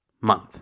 month